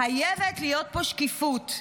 חייבת להיות פה שקיפות.